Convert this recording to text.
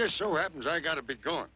just so happens i gotta be gone